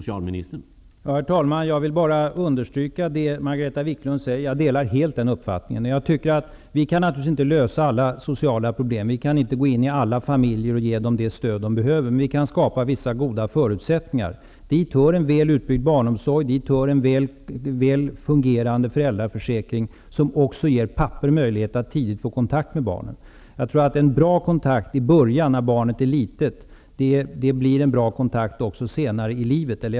Herr talman! Jag vill bara understryka det Margareta Viklund säger. Jag delar helt hennes uppfattning. Men vi kan naturligtvis inte lösa alla sociala problem. Vi kan inte ge alla familjer det stöd som de behöver, men vi kan skapa goda förutsättningar. Dit hör en väl utbyggd barnomsorg, en väl fungerande föräldraförsäkring som också ger pappor möjlighet att tidigt få kontakt med barnet. Jag tror att en bra kontakt när barnet är litet innebär en bra kontakt även senare i livet.